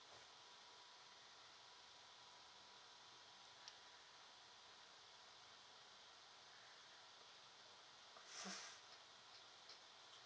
f~ for